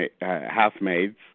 housemaids